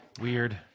Weird